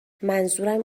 منظورم